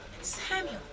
Samuel